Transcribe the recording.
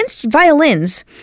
violins